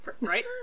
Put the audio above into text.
right